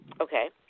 Okay